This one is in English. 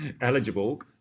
eligible